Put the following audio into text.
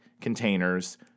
containers